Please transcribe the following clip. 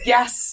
Yes